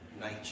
nature